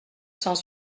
cent